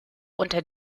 unter